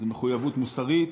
זו מחויבות מוסרית,